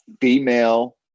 female